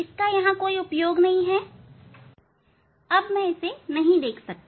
इसका यहां कोई उपयोग नहीं है अब मैं इसे नहीं देख सकता